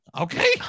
okay